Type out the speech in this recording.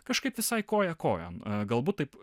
kažkaip visai koja kojon galbūt taip